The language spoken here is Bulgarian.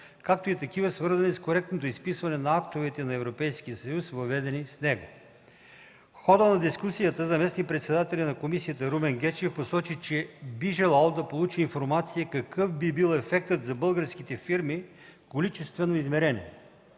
както и такива, свързани с коректното изписване на актовете на Европейския съюз, въведени с него. В хода на дискусията заместник-председателят на комисията Румен Гечев посочи, че би желал да получи информация какъв би бил ефектът за българските фирми в количествено измерение.